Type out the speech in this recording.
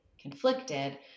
conflicted